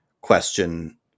question